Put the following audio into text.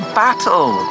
battle